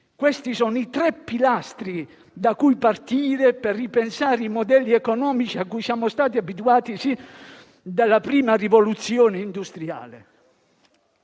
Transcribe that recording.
Questi sono i tre pilastri da cui partire per ripensare i modelli economici a cui siamo stati abituati sin dalla prima rivoluzione industriale.